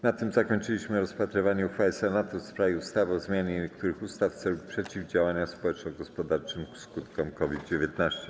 Na tym zakończyliśmy rozpatrywanie uchwały Senatu w sprawie ustawy o zmianie niektórych ustaw w celu przeciwdziałania społeczno-gospodarczym skutkom COVID-19.